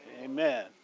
Amen